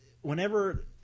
whenever